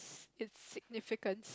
it's significance